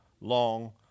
long